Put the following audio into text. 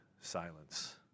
silence